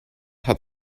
hat